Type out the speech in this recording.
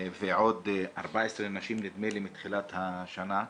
ועוד 14 נשים, נדמה לי, מתחילת השנה.